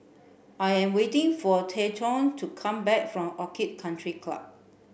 I am waiting for Treyton to come back from Orchid Country Club